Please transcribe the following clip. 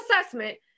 assessment